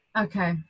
Okay